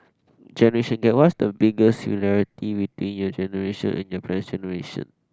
generation gap what's the biggest similarity between your generation and your parents' generation